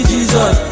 Jesus